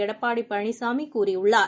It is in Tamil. எடப்பாடிபழனிசாமிகூறியுள்ளார்